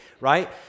right